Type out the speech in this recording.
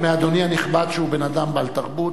אני מבקש מאדוני הנכבד שהוא בן-אדם בעל תרבות,